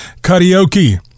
karaoke